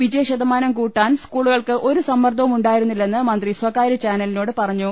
വിജയശതമാനം കൂട്ടാൻ സ്കൂളുകൾക്ക് ഒരു സമ്മർദ്ദവും ഉണ്ടായിരുന്നില്ലെന്ന് മന്ത്രി സ്വകാരൃചാനലിനോട് പറഞ്ഞു